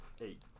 Eight